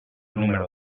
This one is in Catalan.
número